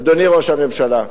אדוני ראש הממשלה,